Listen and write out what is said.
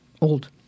old